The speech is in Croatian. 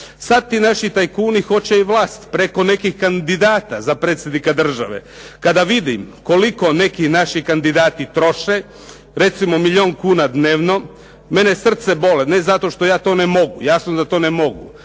Sad ti naši tajkuni hoće i vlast preko nekih kandidata za predsjednika države. Kada vidim koliko neki naši kandidati troše, recimo milijun kuna dnevno, mene srce boli. Ne zato što ja to ne mogu. Jasno da to ne mogu.